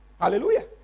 Hallelujah